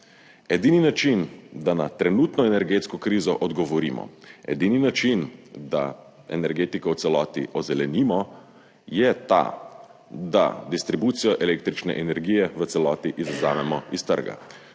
Edini način, da na trenutno energetsko krizo odgovorimo, edini način, da energetiko v celoti ozelenimo, je ta, da distribucijo električne energije v celoti izvzamemo iz trga.